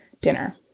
dinner